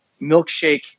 milkshake